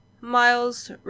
Miles